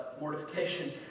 Mortification